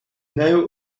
now